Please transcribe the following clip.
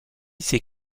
ses